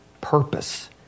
purpose